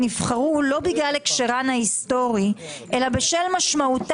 אתם מבקשים להוסיף "או לחברה בשליטת